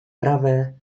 prawe